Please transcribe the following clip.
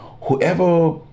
whoever